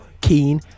keen